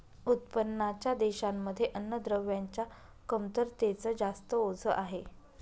उत्पन्नाच्या देशांमध्ये अन्नद्रव्यांच्या कमतरतेच जास्त ओझ आहे